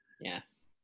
Yes